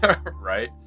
Right